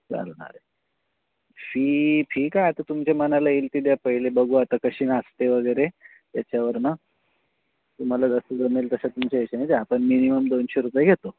चालणार आहे fee fee काय आता तुमच्या मनाला येईल ती द्या पहिले बघू आता कशी नाचते वगैरे त्याच्यावरून तुम्हाला जसं जमेल तशा तुमच्या याच्यानं पण मिनिमम दोनशे रुपये घेतो